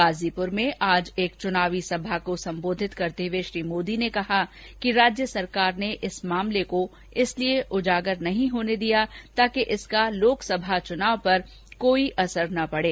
गाजीपुर में आज एक चुनावी सभा को संबोधित करते हुए श्री मोदी ने कहा कि राज्य सरकार ने इस मामले को इसलिए उजागर नहीं होने दिया ताकि इसका लोकसभा चुनाव पर कोई असर न पड़े